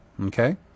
Okay